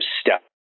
step